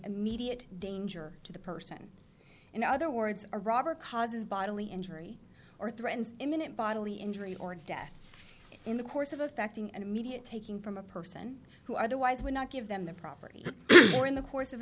immediate danger to the person in other words a robber causes bodily injury or threatens imminent bodily injury or death in the course of affecting an immediate taking from a person who otherwise would not give them the property or in the course of